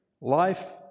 life